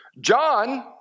John